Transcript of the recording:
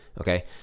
okay